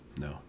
No